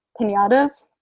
pinatas